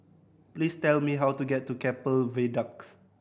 please tell me how to get to Keppel Viaduct